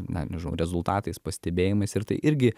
na nežinau rezultatais pastebėjimais ir tai irgi